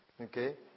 Okay